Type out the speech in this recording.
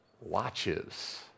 watches